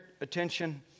attention